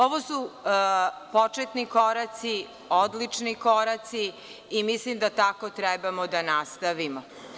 Ovo su početni koraci, odlični koraci i mislim da tako trebamo da nastavimo.